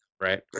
right